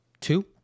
two